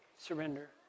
surrender